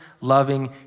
loving